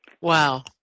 Wow